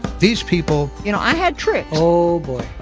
these people, you know, i had tricks. oh boy,